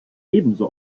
ebenso